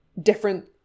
different